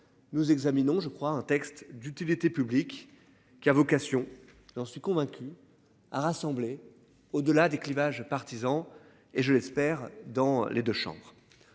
nous examinons je crois un texte d'utilité publique qui a vocation, dans ce convaincu à rassembler au-delà des clivages partisans. Et je l'espère, dans les deux chambres.